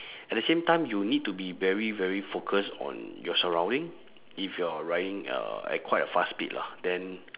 at the same time you need to be very very focused on your surrounding if you're riding uh at quite a fast speed lah then